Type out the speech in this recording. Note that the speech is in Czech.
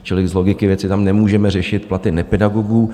Čili z logiky věci tam nemůžeme řešit platy nepedagogů.